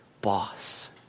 boss